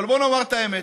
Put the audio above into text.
אבל בוא נאמר את האמת: